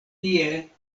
tie